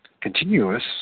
continuous